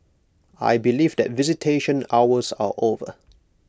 I believe that visitation hours are over